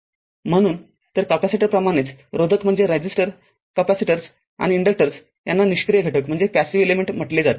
म्हणूनतर capacitor प्रमाणेच रोधक capacitor आणि इंडक्टर्स यांना निष्क्रीय घटक म्हटले जाते